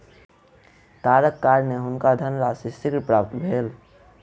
तारक कारणेँ हुनका धनराशि शीघ्र प्राप्त भेल